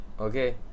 Okay